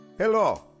Hello